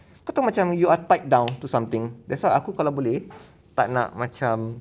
kau tahu macam you are tied down to something that's why aku kalau boleh tak nak macam